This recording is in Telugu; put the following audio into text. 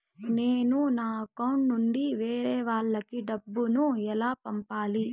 నేను నా అకౌంట్ నుండి వేరే వాళ్ళకి డబ్బును ఎలా పంపాలి?